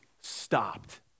stopped